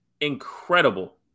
incredible